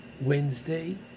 Wednesday